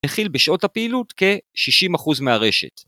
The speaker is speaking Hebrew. ‫תכיל בשעות הפעילות כ-60% מהרשת.